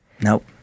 Nope